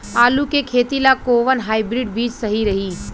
आलू के खेती ला कोवन हाइब्रिड बीज सही रही?